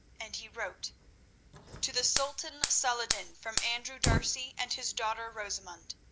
and he wrote to the sultan saladin, from andrew d'arcy and his daughter rosamund.